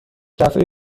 دفعه